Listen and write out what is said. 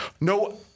No